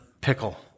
Pickle